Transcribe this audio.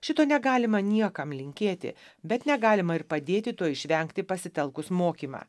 šito negalima niekam linkėti bet negalima ir padėti to išvengti pasitelkus mokymą